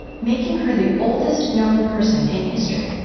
making her the oldest known person in history.